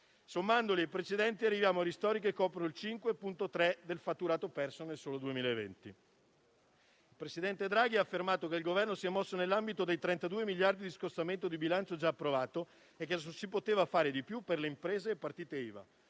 alle precedenti, arriviamo a ristori che coprono il 5,3 per cento del fatturato perso nel solo 2020. Il presidente Draghi ha affermato che il Governo si è mosso nell'ambito dei 32 miliardi di euro di scostamento di bilancio già approvato: si poteva fare di più per le imprese e le partite IVA,